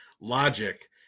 logic